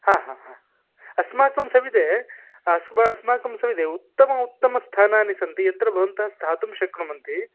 अस्माकं सविदे अस्म अस्माकं सविदे उत्तम उत्तमस्थानानि सन्ति यत्र भवन्तः स्थातुं शक्नुवन्ति